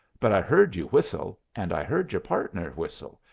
but i heard you whistle, and i heard your partner whistle,